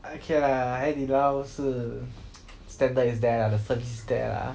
okay lah 海底捞是 standard is there ah the cert is there la